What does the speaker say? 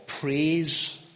praise